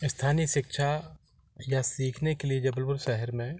स्थानीय शिक्षा या सीखने के लिए जबलपुर शहर में